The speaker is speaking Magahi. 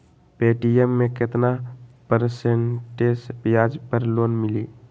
पे.टी.एम मे केतना परसेंट ब्याज पर लोन मिली?